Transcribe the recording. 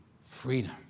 freedom